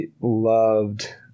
loved